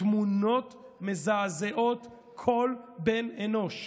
התמונות מזעזעות כל בן אנוש.